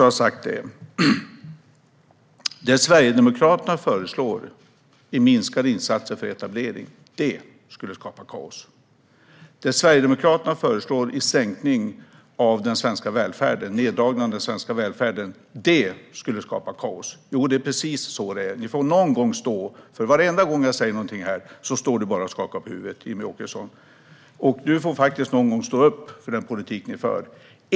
Det Sverigedemokraterna föreslår i minskade insatser för etablering skulle skapa kaos. Det Sverigedemokraterna föreslår i neddragningar i den svenska välfärden skulle skapa kaos. Jo, det är precis så det är. Varenda gång jag säger någonting här skakar Jimmie Åkesson på huvudet. Du får faktiskt någon gång stå upp för den politik ni för.